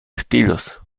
estilos